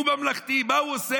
הוא ממלכתי, מה הוא עושה?